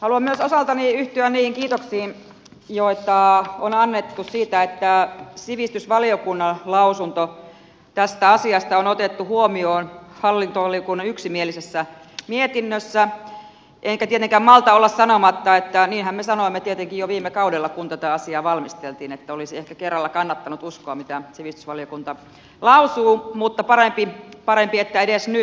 haluan myös osaltani yhtyä niihin kiitoksiin joita on annettu siitä että sivistysvaliokunnan lausunto tästä asiasta on otettu huomioon hallintovaliokunnan yksimielisessä mietinnössä enkä tietenkään malta olla sanomatta että niinhän me sanoimme tietenkin jo viime kaudella kun tätä asiaa valmisteltiin että olisi ehkä kerralla kannattanut uskoa mitä sivistysvaliokunta lausuu mutta parempi että edes nyt